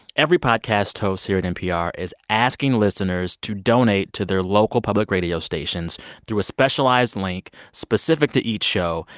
every podcast host here at npr is asking listeners to donate to their local public radio stations through a specialized link specific to each show.